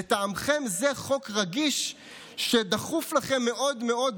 לטעמכם זה חוק רגיש שדחוף לכם מאוד מאוד,